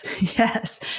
Yes